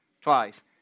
twice